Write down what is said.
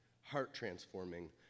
heart-transforming